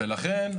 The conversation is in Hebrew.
לכן,